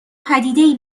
پدیدهای